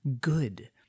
good